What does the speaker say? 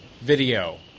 video